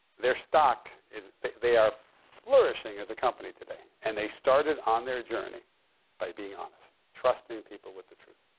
their stock is they they are flourishing as a company today. and they started on their journey by being honest, trusting people with the truth.